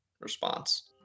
response